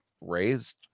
raised